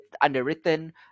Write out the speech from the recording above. underwritten